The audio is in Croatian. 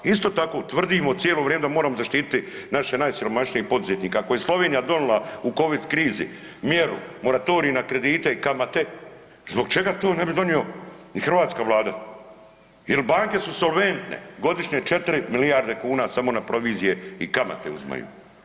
Isto tako tvrdimo cijelo da moramo zaštititi naše najsiromašnije poduzetnike, ako je Slovenija donijela u covid krizi mjeru moratorij na kredite i kamate, zbog čega to ne bi donijela i hrvatska Vlada jel banke su solventne, godišnje 4 milijarde kuna samo na provizije i kamate uzimaju.